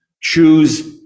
choose